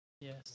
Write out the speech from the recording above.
Yes